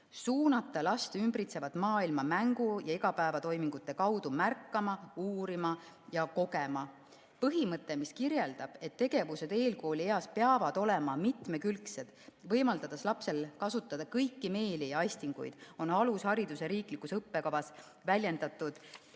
suunata last ümbritsevat maailma mängu ja igapäevatoimingute kaudu märkama, uurima ja kogema. Põhimõte, mis kirjeldab, et tegevused eelkoolieas peavad olema mitmekülgsed, võimaldades lapsel kasutada kõiki meeli ja aistinguid, on alushariduse riiklikus õppekavas väljendatud